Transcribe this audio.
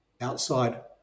outside